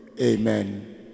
Amen